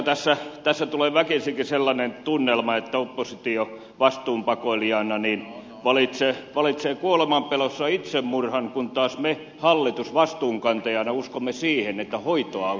oikeastaan tässä tulee väkisinkin sellainen tunnelma että oppositio vastuunpakoilijana valitsee kuolemanpelossa itsemurhan kun taas me hallitus vastuunkantajana uskomme siihen että hoito auttaa tässä tilanteessa